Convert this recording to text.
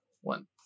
one